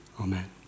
Amen